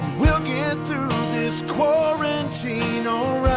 we'll get through this quarantine all